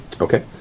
okay